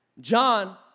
John